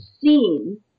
seen